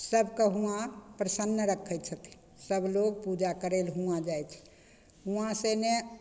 सभकेँ हुआँ प्रसन्न रखै छथिन सभलोक पूजा करै ले हुआँ जाए छै वहाँसे ने